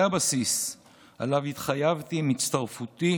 זה הבסיס שעליו התחייבתי עם הצטרפותי